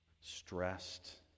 stressed